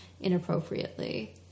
inappropriately